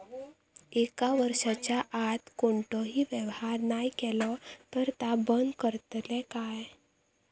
एक वर्षाच्या आत कोणतोही व्यवहार नाय केलो तर ता बंद करतले काय?